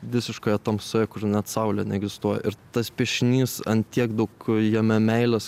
visiškoje tamsoje kur net saulė neegzistuoja ir tas piešinys ant tiek daug jame meilės